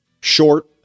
Short